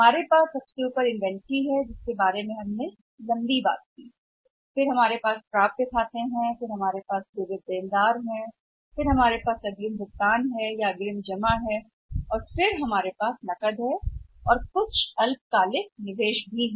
हमारे पास शीर्ष की इन्वेंटरी है जिसकी लंबाई के बारे में हमने बात की थी कि हमारे पास खाते हैं प्राप्य तब हम विविध ऋणी हैं तब हमारे पास अग्रिम भुगतान उन्नत जमा राशि है इसलिए और फिर हमारे पास नकदी और कुछ अल्पकालिक निवेश भी सही हैं